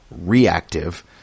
reactive